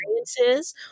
experiences